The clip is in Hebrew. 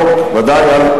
כהצעת החוק, בוודאי.